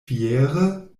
fiere